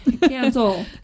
Cancel